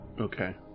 Okay